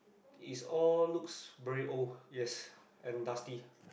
is all looks very old yes and dusty